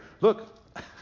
Look